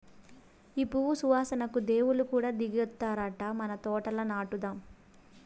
ఈ పువ్వు సువాసనకు దేవుళ్ళు కూడా దిగొత్తారట మన తోటల నాటుదాం